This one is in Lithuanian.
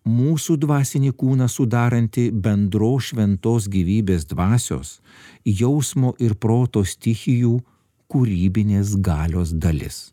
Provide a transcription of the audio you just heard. mūsų dvasinį kūną sudaranti bendros šventos gyvybės dvasios jausmo ir proto stichijų kūrybinės galios dalis